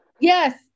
Yes